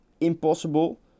impossible